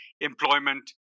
employment